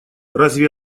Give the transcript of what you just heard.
разве